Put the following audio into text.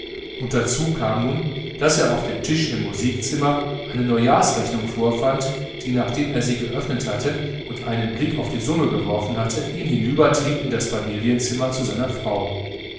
und dazu kam nun daß er auf dem tisch im musikzimmer eine neujahrsrechnung vorfand die nachdem er sie geöffnet und einen blick auf die summe geworfen hatte ihn hinübertrieb in das familienzimmer zu seiner frau